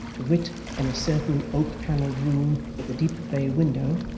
to wit, in a certain oak-panelled room with a deep bay window,